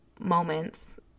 moments